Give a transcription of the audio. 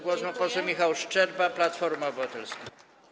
Głos ma poseł Michał Szczerba, Platforma Obywatelska.